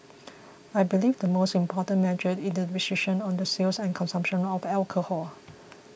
I believe the most important measure is the restriction on the sales and consumption of alcohol